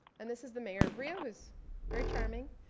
and this is the mayor of rio who's very charming.